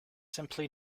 simply